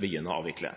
begynne å avvikle.